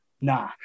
Nah